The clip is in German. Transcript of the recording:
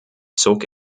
zog